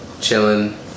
chilling